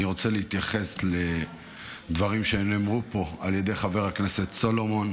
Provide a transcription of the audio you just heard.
אני רוצה להתייחס לדברים שנאמרו פה על ידי חבר הכנסת סולומון.